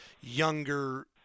younger